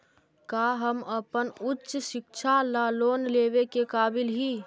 का हम अपन उच्च शिक्षा ला लोन लेवे के काबिल ही?